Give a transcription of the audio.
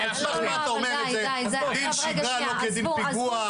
דין שגרה לא כדין פיגוע,